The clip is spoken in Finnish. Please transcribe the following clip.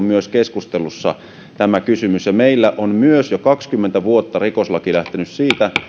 myös kansainvälisesti on tämä kysymys ollut keskustelussa meillä on jo kaksikymmentä vuotta rikoslaki lähtenyt siitä